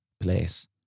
place